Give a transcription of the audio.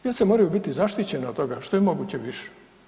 Djeca moraju biti zaštićena od toga što je moguće više.